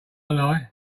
lie